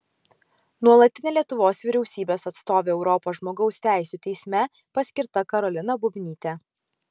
nuolatine lietuvos vyriausybės atstove europos žmogaus teisių teisme paskirta karolina bubnytė